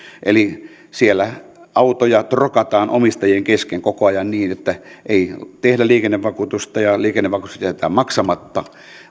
eli siellä autoja trokataan omistajien kesken koko ajan niin että ei tehdä liikennevakuutusta ja liikennevakuutukset jätetään maksamatta